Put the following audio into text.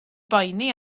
boeni